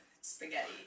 spaghetti